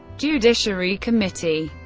judiciary committee